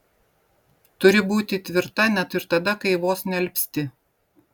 turi būti tvirta net ir tada kai vos nealpsti